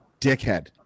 dickhead